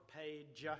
page